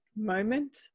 moment